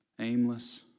aimless